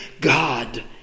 God